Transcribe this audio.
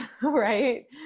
right